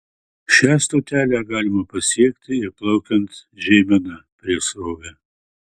šią stotelę galima pasiekti ir plaukiant žeimena prieš srovę